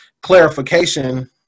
clarification